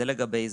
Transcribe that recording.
זה לגבי זה.